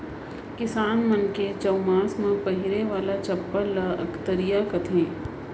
किसान मन के चउमास म पहिरे वाला चप्पल ल अकतरिया कथें